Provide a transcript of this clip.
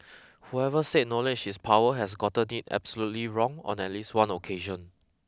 whoever said knowledge is power has gotten it absolutely wrong on at least one occasion